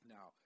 Now